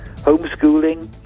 homeschooling